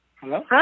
Hello